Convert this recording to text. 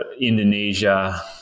indonesia